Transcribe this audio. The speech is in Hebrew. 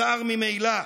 הצר ממילא.